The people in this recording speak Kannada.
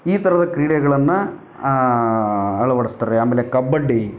ಈ ಥರದ ಕ್ರೀಡೆಗಳನ್ನು ಅಳವಡಿಸ್ತಾರೆ ಆಮೇಲೆ ಕಬ್ಬಡ್ಡಿ